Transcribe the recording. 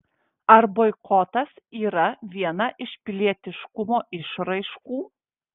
ar boikotas yra viena iš pilietiškumo išraiškų